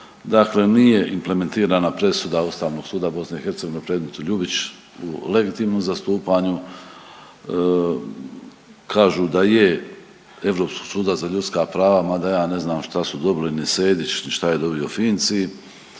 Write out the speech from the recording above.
dakle nije implementirana presuda Ustavnog suda BiH u predmetu Ljubić u legitimnom zastupanju, kažu da je Europskog suda za ljudska prava, mada ja ne znam šta su dobili ni Sejdić ni šta je dobio Finci,